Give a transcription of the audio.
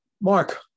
Mark